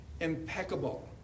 impeccable